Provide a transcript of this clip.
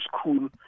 school